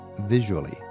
visually